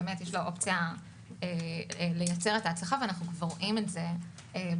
לו את האופציה לייצר את ההצלחה ואנחנו כבר רואים את זה בשטח.